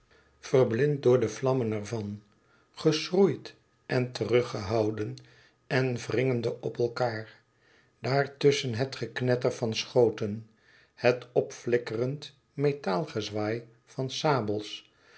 verblind door de vlammen ervan geschroeid en teruggehouden en wringende op elkaâr daartusschen het geknetter van schoten het opflikkerend metaalgezwaai van sabels